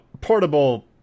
portable